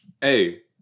Hey